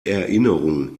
erinnerung